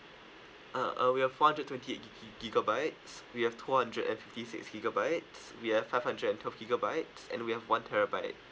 uh uh we have four hundred twenty eight gi~ gigabytes we have two hundred and fifty six gigabytes we have five hundreds and twelve gigabytes and we have one terabyte